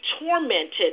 tormented